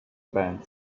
band